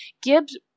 Gibbs